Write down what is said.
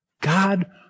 God